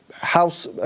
house